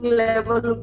level